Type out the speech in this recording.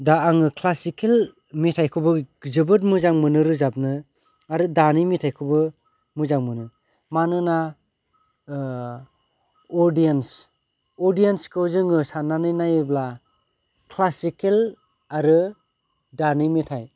दा आङो क्लासिकेल मेथाइखौबो जोबोर मोजां मोनो रोजाबनो आरो दानि मेथाइखौबो मोजां मोनो मानोना अदियेनस अदियेनसखौ जोङो साननानै नायोब्ला क्लासिकेल आरो दानि मेथाइ